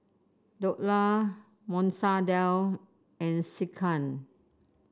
Dhokla Masoor Dal and Sekihan